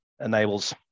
enables